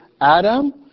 Adam